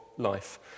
Life